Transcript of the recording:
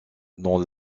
dans